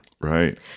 Right